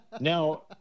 Now